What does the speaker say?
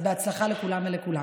אז בהצלחה לכולן ולכולם.